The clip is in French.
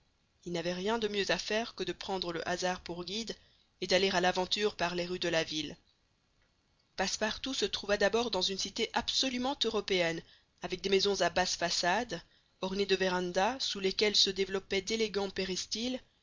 il n'avait rien de mieux à faire que de prendre le hasard pour guide et d'aller à l'aventure par les rues de la ville passepartout se trouva d'abord dans une cité absolument européenne avec des maisons à basses façades ornées de vérandas sous lesquelles se développaient d'élégants